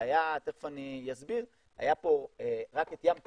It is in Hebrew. היה פה רק את ים תטיס,